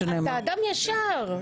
אתה אדם ישר.